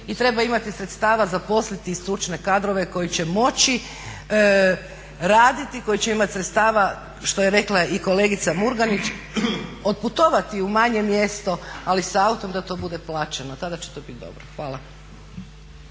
i treba imati sredstava zaposliti stručne kadrove koji će moći radit, koji će imati sredstava što je rekla i kolegica Murganić otputovati i u manje mjesto ali sa autom da to bude plaćeno, tada će to biti dobro. Hvala.